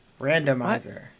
Randomizer